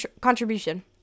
contribution